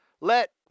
let